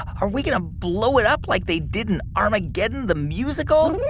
are we going to blow it up like they did in armageddon the musical?